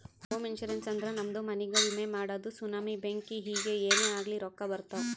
ಹೋಮ ಇನ್ಸೂರೆನ್ಸ್ ಅಂದುರ್ ನಮ್ದು ಮನಿಗ್ಗ ವಿಮೆ ಮಾಡದು ಸುನಾಮಿ, ಬೆಂಕಿ ಹಿಂಗೆ ಏನೇ ಆಗ್ಲಿ ರೊಕ್ಕಾ ಬರ್ತಾವ್